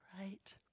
right